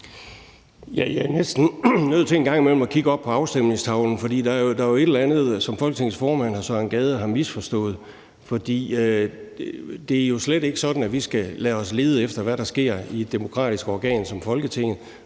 Jeg er næsten nødt til en gang imellem at kigge op på afstemningstavlen, for der må jo være et eller andet, som Folketingets formand, hr. Søren Gade, har misforstået. For det er åbenbart slet ikke sådan, at vi skal lade os retlede af, hvad der sker i et demokratisk organ som Folketinget,